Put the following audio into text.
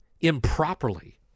improperly